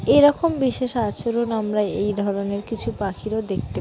এরকম বিশেষ আচরণ আমরা এই ধরনের কিছু পাখিরও দেখতে পাই